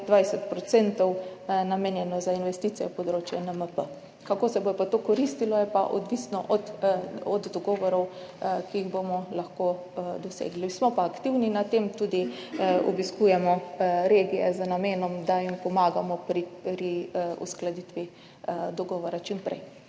20 % namenjenih za investicije v področje NMP. Kako se bo pa to koristilo, je pa odvisno od dogovorov, ki jih bomo lahko dosegli, smo pa aktivni glede tega, obiskujemo tudi regije z namenom, da jim pomagamo pri čimprejšnji uskladitvi dogovora.